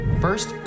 First